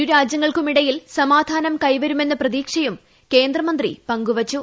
ഇരു രാജ്യങ്ങൾക്കുമിടയിൽ സമാധാനം കൈവരുമെന്ന പ്രതീക്ഷയും കേന്ദ്രമന്ത്രി പങ്കുവച്ചു